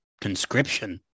Conscription